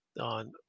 on